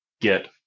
get